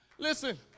Listen